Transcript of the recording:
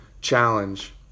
challenge